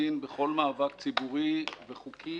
לחלוטין בכל מאבק ציבורי וחוקי